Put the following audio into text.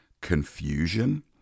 confusion